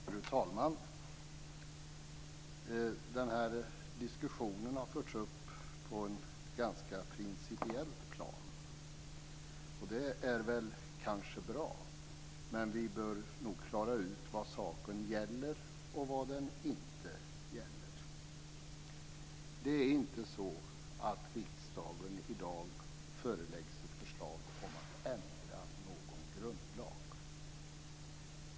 Fru talman! Den här diskussionen har förts upp på ett ganska principiellt plan, och det är väl kanske bra. Men vi bör nog klara ut vad saken gäller och vad den inte gäller. Det är inte så att riksdagen i dag föreläggs ett förslag om att ändra någon grundlag.